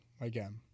again